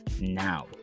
now